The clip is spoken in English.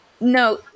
No